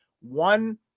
one